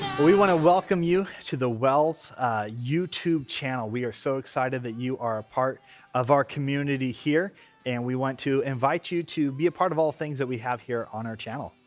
we want to welcome you to the well's youtube channel we are so excited that you are a part of our community here and we want to invite you to be a part of all things that we have here on our channel.